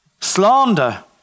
slander